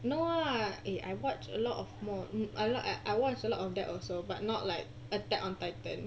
no lah eh I watch a lot of more mm a lot I I watch a lot of that also but not like attack on titan